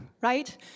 right